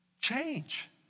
Change